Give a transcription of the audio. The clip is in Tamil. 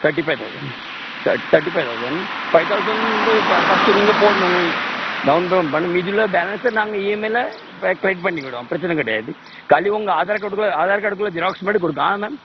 thirty five thousand that thirty five thousand five thousand வந்து ஃபர்ஸ் ஃபர்ஸ்ட்டு நீங்கள் போடணும் உங்கள் டவுன் பேமெண்ட் பண்ணும் மீதி எல்லாம் பேலன்சை நாங்கள் இஎம்ஐயில கலெ கலெக்ட் பண்ணிக்கிடுவோம் பிரச்சனை கிடையாது கலி உங்கள் ஆதார் கார்டு உள்ள ஆதாரை கார்டுக்குள்ள ஜெராக்ஸ் மட்டும் கொடுங்க மேம்